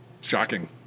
shocking